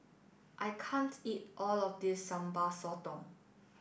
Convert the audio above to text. I eat all of this Sambal Sotong